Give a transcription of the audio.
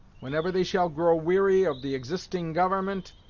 whenever they shall grow weary of the existing government,